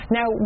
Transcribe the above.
Now